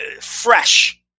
fresh